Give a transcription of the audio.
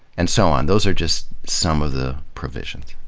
and so on. those are just some of the provisions.